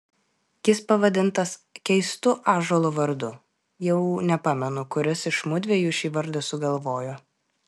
jis pavadintas keistu ąžuolo vardu jau nepamenu kuris iš mudviejų šį vardą sugalvojo